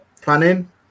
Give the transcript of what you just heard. planning